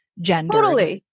gender